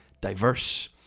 diverse